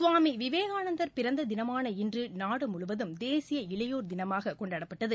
சுவாமி விவேகானந்தர் பிறந்ததினமான இன்று நாடு முழுவதும் தேசிய இளையோ் தினமாகக் கொண்டாடப்பட்டது